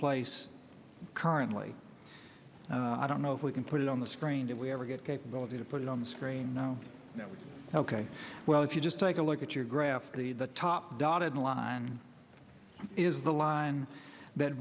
place currently i don't know if we can put it on the screen did we ever get capability to put it on the screen ok well if you just take a look at your graph the top dotted line is the line that